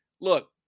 look